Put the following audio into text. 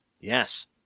Yes